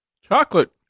Chocolate